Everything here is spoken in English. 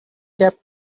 kept